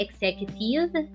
executive